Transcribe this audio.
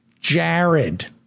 Jared